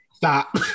Stop